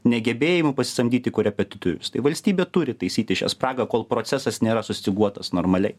negebėjimu pasisamdyti korepetitorių tai valstybė turi taisyti šią spragą kol procesas nėra sustyguotas normaliai